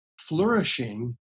flourishing